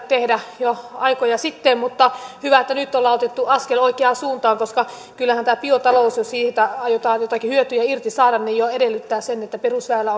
tehdä aikoja sitten mutta hyvä että nyt ollaan otettu askel oikeaan suuntaan koska kyllähän tämä biotalous jos siitä aiotaan jotakin hyötyjä irti saada jo edellyttää sitä että perusväylä